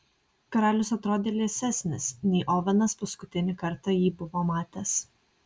karalius atrodė liesesnis nei ovenas paskutinį kartą jį buvo matęs